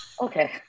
Okay